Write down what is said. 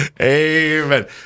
Amen